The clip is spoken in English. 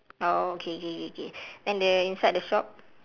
oh K K K K then the inside the shop